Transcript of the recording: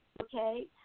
okay